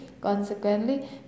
consequently